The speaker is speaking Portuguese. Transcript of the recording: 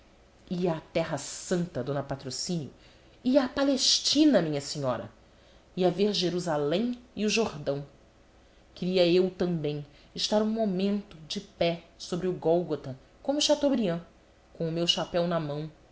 ia à terra santa d patrocínio ia à palestina minha senhora ia ver jerusalém e o jordão queria eu também estar um momento de pé sobre o gólgota como chateaubriand com o meu chapéu na mão